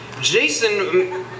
Jason